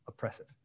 oppressive